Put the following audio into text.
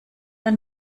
ein